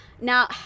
Now